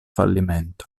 fallimento